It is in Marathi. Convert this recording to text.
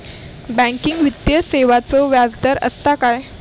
बँकिंग वित्तीय सेवाचो व्याजदर असता काय?